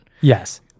Yes